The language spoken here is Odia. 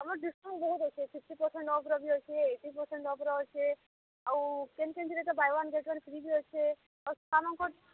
ଆମର ଡିସକାଉଣ୍ଟ୍ ବହୁତ ଅଛେ ସିକ୍ସଟି ପରସେଣ୍ଟ୍ ଅଫର୍ ବି ଅଛେ ଏଇଟି ପରସେଣ୍ଟ୍ ଅଫର୍ ଅଛେ ଆଉ କେନ୍ କେନ୍ଥି ତ buy one get one free ବି ଅଛେ ଆଉ ଆମ